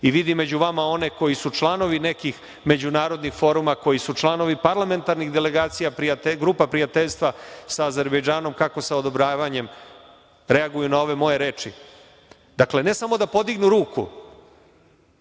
i vidim među vama one koji su članovi nekih međunarodnih foruma, koji su članovi parlamentarnih delegacija, grupa prijateljstva sa Azerbejdžanom kako sa odobravanjem reaguju na ove moje reči. Dakle, ne samo da podignu ruku,